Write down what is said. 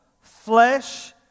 flesh